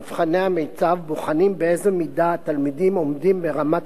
מבחני המיצ"ב בוחנים באיזו מידה התלמידים עומדים ברמת